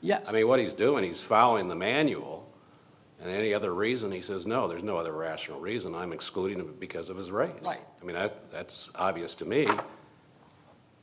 yeah i mean what he's doing is following the manual and any other reason he says no there is no other rational reason i'm excluding them because of his right like i mean that's obvious to me